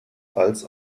als